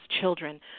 children